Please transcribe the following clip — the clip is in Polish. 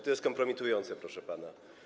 To jest kompromitujące, proszę pana.